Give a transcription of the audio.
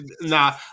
nah